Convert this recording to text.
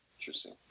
Interesting